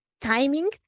timing